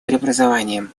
преобразованиям